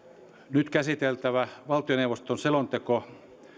nyt käsiteltävä valtioneuvoston selonteko